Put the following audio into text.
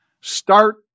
Start